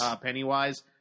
Pennywise